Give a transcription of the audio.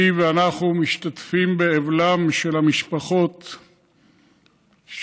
אני, אנחנו, משתתפים באבלן של משפחות הקהילה,